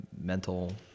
mental